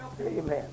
Amen